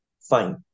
fine